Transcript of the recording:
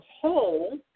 whole